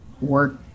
work